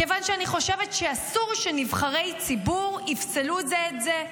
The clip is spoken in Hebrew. כיוון שאני חושבת שאסור שנבחרי ציבור יפסלו זה את זה.